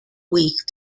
week